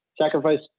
sacrifice